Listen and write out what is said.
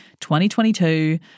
2022